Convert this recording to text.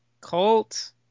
cult